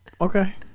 Okay